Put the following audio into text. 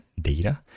data